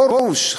פרוש,